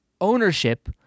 ownership